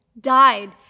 died